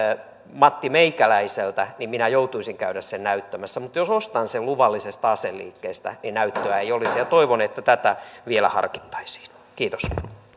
mattimeikäläiseltä niin joutuisin käymään asetta näyttämässä mutta jos ostan sen luvallisesta aseliikkeestä niin näyttöä ei olisi toivon että tätä vielä harkittaisiin kiitos